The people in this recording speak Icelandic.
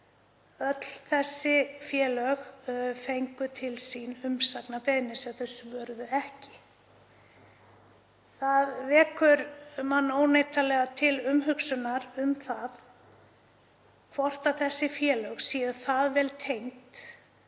Öll þessi félög fengu til sín umsagnarbeiðnir sem þau svöruðu ekki. Það vekur mann óneitanlega til umhugsunar um það hvort þessi félög séu það vel tengd